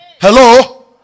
Hello